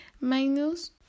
minus